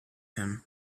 him